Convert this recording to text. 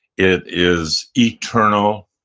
it is eternal,